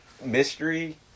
mystery